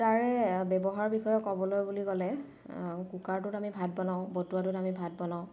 তাৰে ব্যৱহাৰৰ বিষয়ে ক'বলৈ বুলি ক'লে কুকাৰটোত আমি ভাত বনাওঁ বটোৱাটোত আমি ভাত বনাওঁ